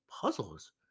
Puzzles